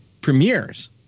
premieres